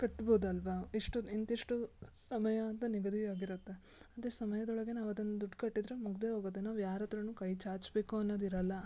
ಕಟ್ಬೋದಲ್ವಾ ಇಷ್ಟು ಇಂತಿಷ್ಟು ಸಮಯ ಅಂತ ನಿಗದಿ ಆಗಿರುತ್ತೆ ಅದೆ ಸಮಯದೊಳಗೆ ನಾವು ಅದನ್ನು ದುಡ್ಡು ಕಟ್ಟಿದರೆ ಮುಗಿದೆ ಹೋಗುತ್ತೆ ನಾವು ಯಾರು ಹತ್ತಿರನು ಕೈ ಚಾಚಬೇಕು ಅನ್ನೋದು ಇರಲ್ಲ